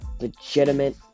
legitimate